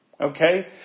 okay